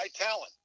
talent